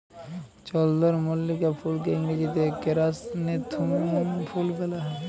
চলদরমল্লিকা ফুলকে ইংরাজিতে কেরাসনেথেমুম ফুল ব্যলা হ্যয়